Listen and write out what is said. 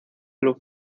club